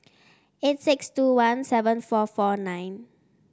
eight six two one seven four four nine